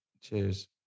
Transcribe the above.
cheers